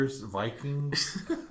Vikings